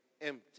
empty